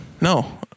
no